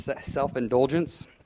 self-indulgence